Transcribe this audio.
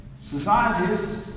Societies